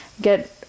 get